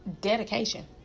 dedication